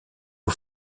aux